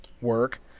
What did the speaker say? work